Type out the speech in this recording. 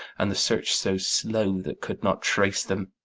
and the search so slow that could not trace them!